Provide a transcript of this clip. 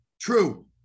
true